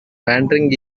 wandering